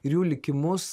ir jų likimus